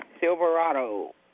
Silverado